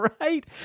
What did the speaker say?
right